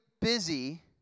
busy